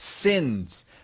sins